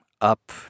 up